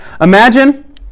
Imagine